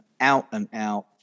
out-and-out